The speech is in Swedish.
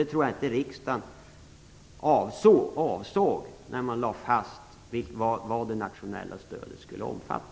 Det tror jag inte att riksdagen avsåg när man lade fast vad det nationella stödet skulle omfatta.